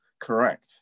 correct